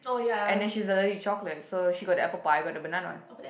and then she's allergic to chocolate so she got the apple pie I got the banana one